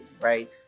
right